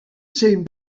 zein